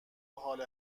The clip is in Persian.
حال